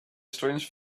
strange